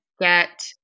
get